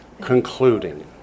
concluding